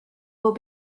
will